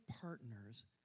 partners